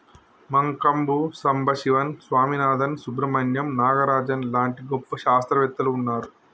మంకంబు సంబశివన్ స్వామినాధన్, సుబ్రమణ్యం నాగరాజన్ లాంటి గొప్ప శాస్త్రవేత్తలు వున్నారు